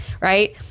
right